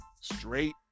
straight